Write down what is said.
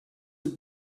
have